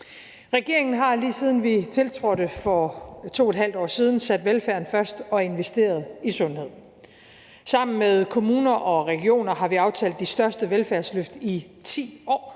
Regeringen har, lige siden den tiltrådte for 2½ år siden, sat velfærden først og investeret i sundhed. Sammen med kommuner og regioner har vi aftalt det største velfærdsløft i 10 år.